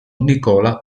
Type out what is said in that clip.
nicola